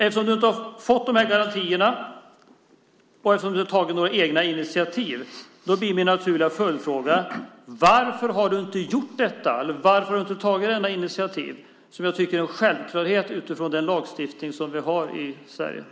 Eftersom du inte har fått garantierna och eftersom du inte har tagit några egna initiativ blir min naturliga följdfråga: Varför har du inte gjort detta? Varför har du inte tagit detta initiativ som jag tycker skulle ha varit en självklarhet utifrån den lagstiftning som vi har i Sverige?